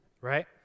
Right